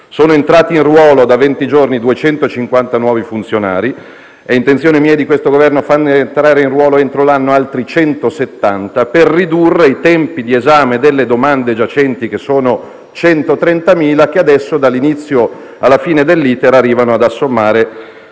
Sono entrati in ruolo da venti giorni 250 nuovi funzionari, ed è intenzione mia e di questo Governo farne entrare in ruolo entro l'anno altri 170 per ridurre i tempi di esame delle domande giacenti, che sono 130.000, che adesso, dall'inizio alla fine dell'*iter*, arrivano ad assommare